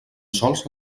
sols